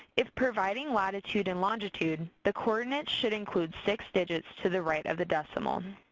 if providing latitude and longitude, the coordinates should include six digits to the right of the decimal.